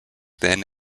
then